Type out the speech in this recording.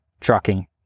trucking